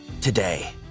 today